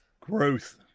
Growth